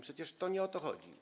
Przecież to nie o to chodzi.